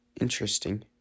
Interesting